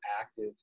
active